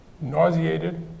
nauseated